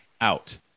out